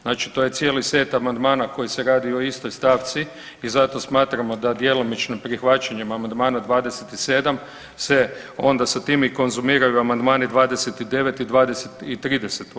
Znači to je cijeli set amandmana koji se radi o istoj stavci i zato smatramo da djelomično prihvaćanjem amandmana 27 se onda sa tim konzumiraju amandmani 29 i 20 i 30.